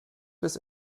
bis